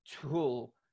tool